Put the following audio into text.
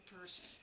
person